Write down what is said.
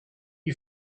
you